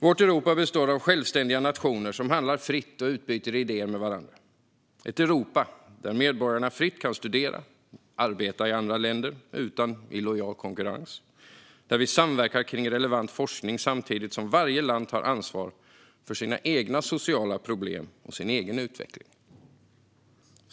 Vårt Europa består av självständiga nationer som handlar fritt och utbyter idéer med varandra. Det ska vara ett Europa där medborgarna fritt kan studera och arbeta i andra länder utan illojal konkurrens, och där vi samverkar runt relevant forskning samtidigt som varje land tar ansvar för sina egna sociala problem och sin egen utveckling.